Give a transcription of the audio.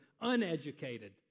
uneducated